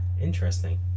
interesting